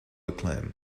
acclaim